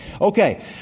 Okay